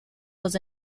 was